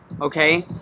okay